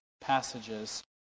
passages